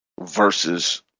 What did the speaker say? versus